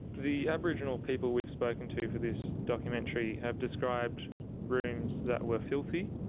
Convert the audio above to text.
the aboriginal people we've spoken to for this documentary have described rooms that were filthy,